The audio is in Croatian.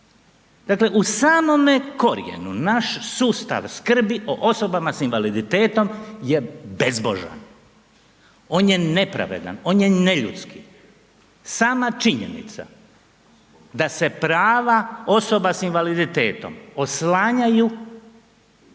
Dakle, u samome korijenu naš sustav skrbi o osobama s invaliditetom je bezbožan, on je nepravedan, on je neljudski. Sama činjenica da se prava osoba s invaliditetom oslanjaju ne